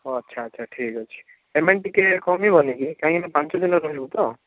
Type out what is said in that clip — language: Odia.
ହଁ ଆଚ୍ଛା ଆଚ୍ଛା ଠିକ୍ ଅଛି ପେମେଣ୍ଟ୍ ଟିକିଏ କମିବନି କି କାହିଁକିନା ପାଞ୍ଚଦିନ ରହିବୁ ତ